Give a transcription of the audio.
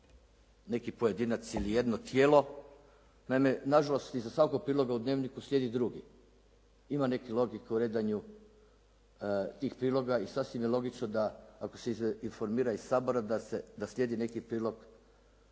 neki pojedinac ili jedno tijelo. Naime nažalost iza svakog priloga u dnevniku slijedi drugi. Ima neke logike u redanju tih priloga i sasvim je logično da ako se informira iz Sabora da se, da slijedi neki prilog